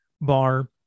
bar